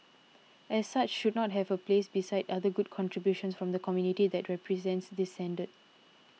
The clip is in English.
as such should not have a place beside other good contributions from the community that represents this standard